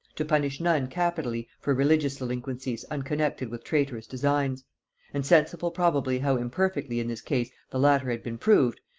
to punish none capitally for religious delinquencies unconnected with traitorous designs and sensible probably how imperfectly in this case the latter had been proved,